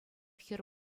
хӗр